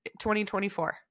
2024